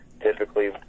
Typically